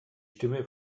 stimme